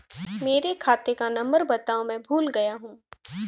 मेरे खाते का नंबर बताओ मैं भूल गया हूं